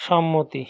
সম্মতি